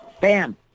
bam